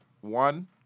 One